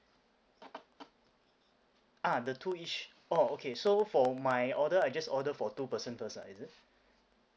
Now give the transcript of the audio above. ah the two each oh okay so for my order I just order for two person first lah is it